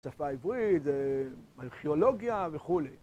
שפה עברית, ארכיאולוגיה וכו'